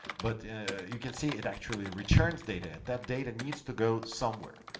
but you can see, it actually returns data. that data needs to go somewhere,